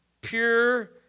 pure